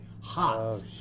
hot